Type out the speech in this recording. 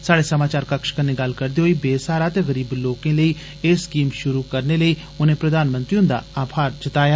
साहड़े समाचार कक्ष कन्नै गल्लबात करदे होई बेसहारा ते गरीब लोकें लेई ए स्कीम षुरु करने लेई उने प्रधानमंत्री हुंदा अभार जताया